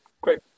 Great